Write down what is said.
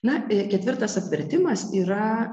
na ketvirtas apvertimas yra